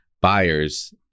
buyers